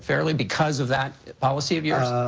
fairly, because of that policy of yours? ah.